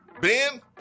Ben